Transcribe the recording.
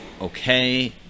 okay